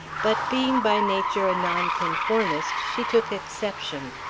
but being by nature a nonconformist, she took exception.